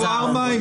רוויזיה מס'